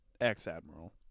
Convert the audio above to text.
Ex-admiral